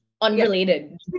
unrelated